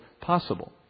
possible